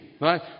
right